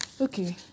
okay